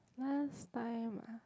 last time ah